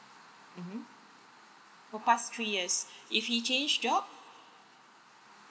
mmhmm for past three years if he change job